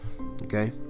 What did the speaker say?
okay